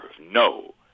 No